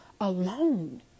alone